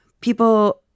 people